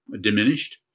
diminished